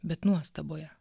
bet nuostaboje